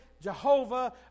Jehovah